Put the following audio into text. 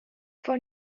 for